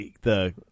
the-